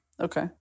Okay